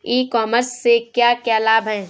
ई commerce से क्या क्या लाभ हैं?